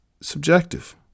subjective